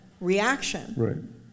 reaction